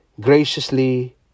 graciously